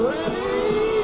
ready